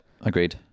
agreed